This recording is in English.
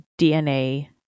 DNA